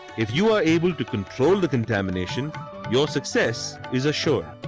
if you are able to control the contamination your success is assured.